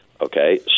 Okay